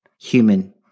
human